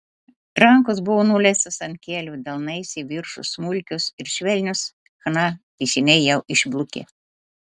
rankos buvo nuleistos ant kelių delnais į viršų smulkios ir švelnios chna piešiniai jau išblukę